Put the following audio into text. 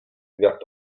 wird